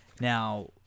Now